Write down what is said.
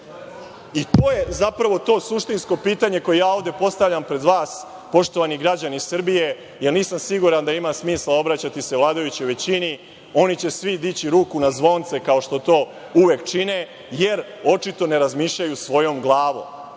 MMF.To je zapravo to suštinsko pitanje koje ja ovde postavljam pred vas, poštovani građani Srbije, jer nisam siguran da ima smisla obraćati se vladajućoj većini. Oni će svi dići ruku na zvonce, kao što to uvek čine, jer očito ne razmišljaju svojom glavom.